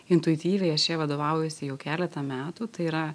intuityviai aš ja vadovaujuosi jau keletą metų tai yra